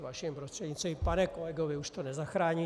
Vaším prostřednictvím pane kolego, vy už to nezachráníte.